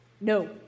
No